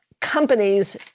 companies